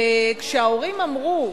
כשההורים אמרו,